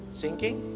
sinking